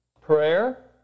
prayer